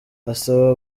asaba